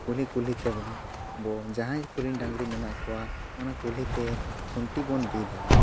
ᱠᱩᱞᱦᱤ ᱠᱩᱞᱦᱤ ᱛᱮᱵᱚᱱ ᱵᱚ ᱡᱟᱦᱟᱭ ᱠᱚᱨᱤᱱ ᱰᱟᱹᱝᱨᱤ ᱢᱮᱱᱟᱜ ᱠᱚᱣᱟ ᱚᱱᱟ ᱠᱩᱞᱦᱤᱛᱮ ᱠᱷᱩᱱᱴᱤ ᱵᱚᱱ ᱵᱤᱫᱟ